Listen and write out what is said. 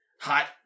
hot